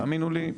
תאמינו לי,